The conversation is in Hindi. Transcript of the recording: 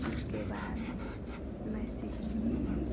उसके बाद मैं सीख